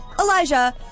Elijah